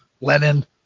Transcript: Lenin